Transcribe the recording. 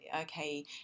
okay